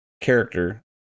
character